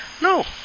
No